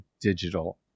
digital